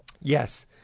yes